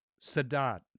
Sadat